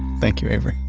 thank you, avery.